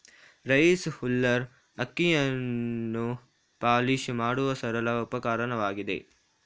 rice huller ಅಕ್ಕಿಯನ್ನು polish ಮಾಡುವ ಸರಳ ಉಪಕರಣವಾಗಿದೆ